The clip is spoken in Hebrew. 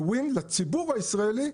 ו-win לציבור הישראלי,